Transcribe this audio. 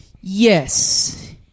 Yes